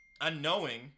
unknowing